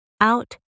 out